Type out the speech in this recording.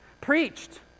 preached